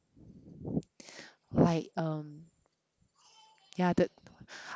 like um yeah the